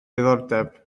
diddordeb